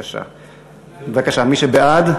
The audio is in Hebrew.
בבקשה, מי שבעד,